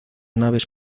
naves